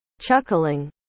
chuckling